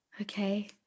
Okay